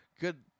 good